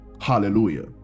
Hallelujah